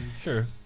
Sure